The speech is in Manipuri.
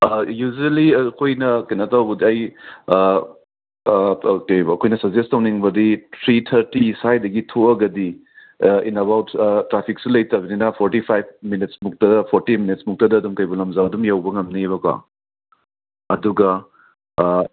ꯌꯨꯖ꯭ꯋꯦꯂꯤ ꯑꯈꯣꯏꯅ ꯀꯩꯅꯣ ꯇꯧꯕꯁꯦ ꯑꯩ ꯀꯔꯤ ꯍꯥꯏꯕ ꯑꯈꯣꯏꯅ ꯁꯖꯦꯁ ꯇꯧꯅꯤꯡꯕꯗꯤ ꯊ꯭ꯔꯤ ꯊꯥꯔꯇꯤ ꯁ꯭ꯋꯥꯏꯗꯒꯤ ꯊꯣꯛꯑꯒꯗꯤ ꯏꯟ ꯑꯕꯥꯎꯠ ꯇ꯭ꯔꯥꯐꯤꯛꯁꯨ ꯂꯩꯇꯕꯅꯤꯅ ꯐꯣꯔꯇꯤ ꯐꯥꯏꯚ ꯃꯤꯅꯠꯃꯨꯛꯇꯗ ꯐꯣꯔꯇꯤ ꯃꯤꯅꯠꯃꯨꯛꯇꯗ ꯀꯩꯕꯨꯜ ꯂꯝꯖꯥꯎ ꯌꯧꯕ ꯉꯝꯅꯤꯕꯀꯣ ꯑꯗꯨꯒ